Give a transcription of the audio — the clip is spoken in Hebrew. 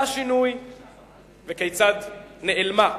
אני מזכיר לכולם כיצד עלתה שינוי וכיצד נעלמה בן-לילה.